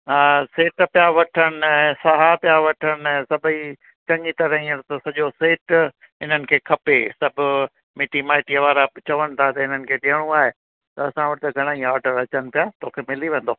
हा सेट पिया वठनि ऐं सहा पिया वठनि सभई चङी तरह ई हींअर त सॼो सेट इन्हनि खे खपे सभु मिटी माइटीअ वारा बि चवनि था त इन्हनि खे ॾियणो आहे त असां वटि घणाई आडर अचनि पिया तोखे मिली वेंदो